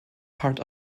part